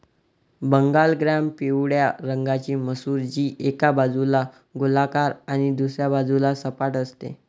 Bengal gram पिवळ्या रंगाची मसूर, जी एका बाजूला गोलाकार आणि दुसऱ्या बाजूला सपाट असते